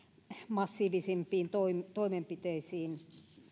massiivisempiin toimenpiteisiin